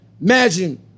imagine